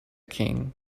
king